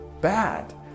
bad